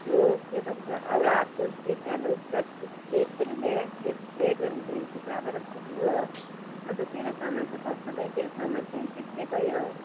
त्यो के भन्छ एउटा अर्को त्यो सानो प्लास्टिकको प्लेट पनि लिएर आएको थिएँ त्यो प्लेट झन् दुई टुक्रा भएर फुट्यो हो अन्त तेरो सामान चाहिँ कस्तो भयो तेरो सामान पनि त्यस्तै भयो